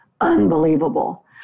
unbelievable